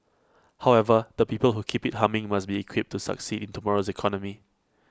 however the people who keep IT humming must be equipped to succeed in tomorrow's economy